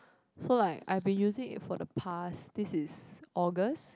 so like I been use it for the past this is August